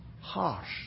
harsh